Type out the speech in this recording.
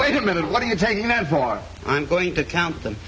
wait a minute let me tell you that for i'm going to count them